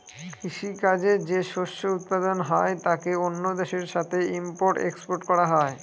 কৃষি কাজে যে শস্য উৎপাদন হয় তাকে অন্য দেশের সাথে ইম্পোর্ট এক্সপোর্ট করা হয়